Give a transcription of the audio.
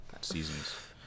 seasons